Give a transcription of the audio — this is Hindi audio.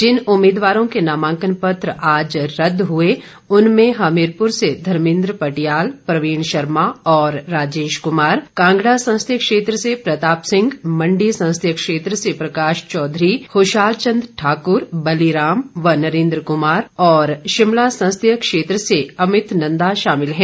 जिन उम्मीदवारों के नामांकन पत्र आज रदद हए उनमें हमीरपुर से धर्मेन्द्र पटियाल प्रवीण शर्मा और राजेश कुमार कांगड़ा संसदीय क्षेत्र से प्रताप सिंह मंडी संसदीय क्षेत्र से प्रकाश चौधरी खुशाल चंद ठाकुर बली राम व नरेन्द्र कुमार और शिमला संसदीय क्षेत्र से अमित नंदा शामिल हैं